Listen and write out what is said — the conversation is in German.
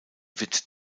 wird